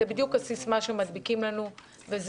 זו בדיוק הסיסמה שמדביקים לנו וזה